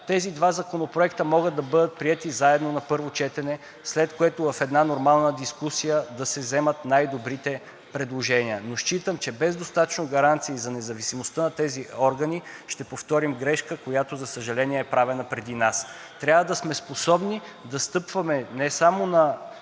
тези два законопроекта могат да бъдат приети заедно на първо четене, след което в една нормална дискусия да се вземат най добрите предложения. Но считам, че без достатъчно гаранции за независимостта на тези органи ще повторим грешка, която, за съжаление, е правена преди нас. Трябва да сме способни да стъпваме не само на